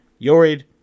Yorid